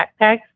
backpacks